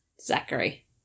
Zachary